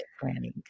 planning